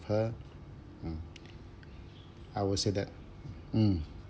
her mm I would say that mm